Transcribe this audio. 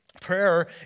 Prayer